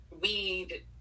weed